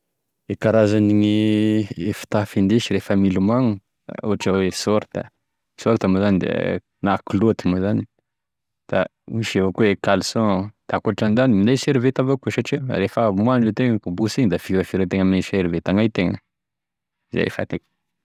E karazan'e fitafy hindesy rehefa milomagno, ohatra moa zany sorita, sorita moa zany na kilaoty moa zany, da misy evakoa e kalison, da akoatrin'izany da minday seriveta avakoa ,satria rehefa avy moandro itegna ka bosy igny da firafirategna ame seriveta gnaitegna zay e fantako.